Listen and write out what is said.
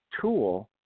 tool